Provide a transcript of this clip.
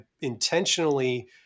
intentionally